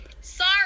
sorry